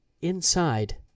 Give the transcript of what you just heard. Inside